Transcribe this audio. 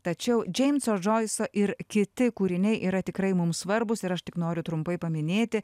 tačiau džeimso džoiso ir kiti kūriniai yra tikrai mum svarbūs ir aš tik noriu trumpai paminėti